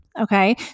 Okay